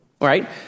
Right